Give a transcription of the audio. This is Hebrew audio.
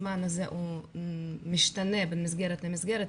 הזמן הזה משתנה בין מסגרת למסגרת,